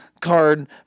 card